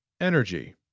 Energy